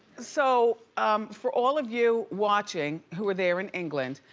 so um for all of you watching who are there in england,